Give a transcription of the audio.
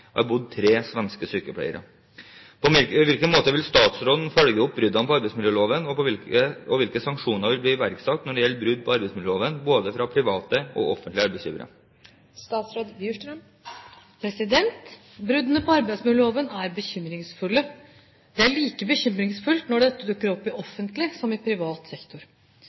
bodd tre svenske hjelpepleiere. På hvilken måte vil statsråden følge opp bruddene på arbeidsmiljøloven, og hvilke sanksjoner vil bli iverksatt når det gjelder brudd på arbeidsmiljøloven både fra private og offentlige arbeidsgivere?» Bruddene på arbeidsmiljøloven er bekymringsfulle. Det er like bekymringsfullt når dette dukker opp i offentlig som i privat sektor.